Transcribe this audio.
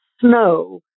snow